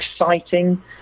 exciting